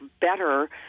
better